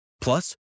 Plus